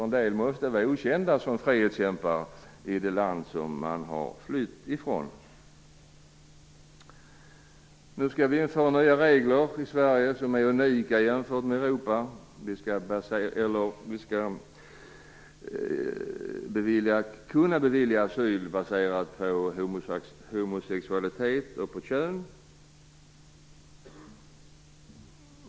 En del måste nämligen vara okända som frihetskämpar i det land de har flytt från. Nu skall vi införa nya regler i Sverige som är unika jämfört med Europa. Vi skall kunna bevilja asyl baserad på homosexualitet och kön.